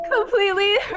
completely